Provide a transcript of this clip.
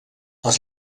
els